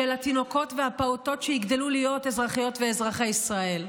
התינוקות ופעוטות שיגדלו להיות אזרחיות ואזרחי ישראל.